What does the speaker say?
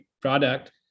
product